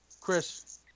Chris